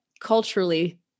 culturally